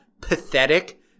pathetic